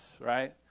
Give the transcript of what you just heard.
right